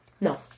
No